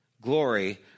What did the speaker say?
glory